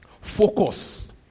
Focus